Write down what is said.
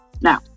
Now